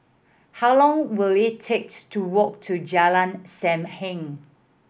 how long will it take to walk to Jalan Sam Heng